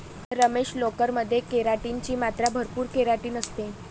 रमेश, लोकर मध्ये केराटिन ची मात्रा भरपूर केराटिन असते